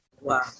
Wow